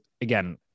again